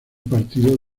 partido